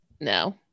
No